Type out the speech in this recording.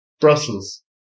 Brussels